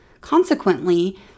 Consequently